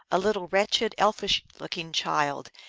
a little wretched, elfish-looking child,